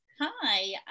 Hi